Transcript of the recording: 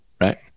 right